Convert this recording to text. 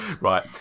Right